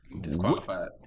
Disqualified